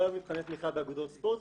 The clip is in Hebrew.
לא היו מבחני תמיכה באגודות ספורט,